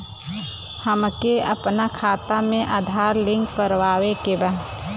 हमके अपना खाता में आधार लिंक करावे के बा?